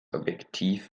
objektiv